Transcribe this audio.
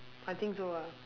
I think so ah